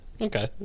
okay